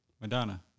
Madonna